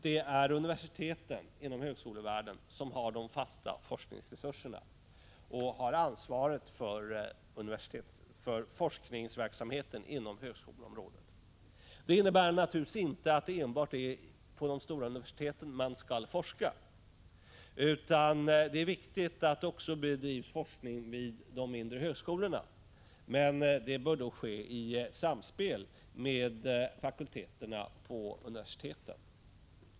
Det är universiteten som har de fasta forskningsresurserna och har ansvaret för forskningsverksamheten inom högskoleområdet. Det innebär naturligtvis inte att det enbart är på de stora universiteten man skall forska, utan det är viktigt att det också bedrivs forskning vid de mindre högskolorna, men det bör då ske i samspel med fakulteterna på universiteten.